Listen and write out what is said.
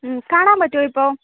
കാണാൻ പറ്റുമോ ഇപ്പോൾ